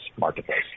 marketplace